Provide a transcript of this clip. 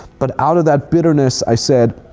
but out of that bitterness, i said,